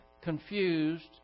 confused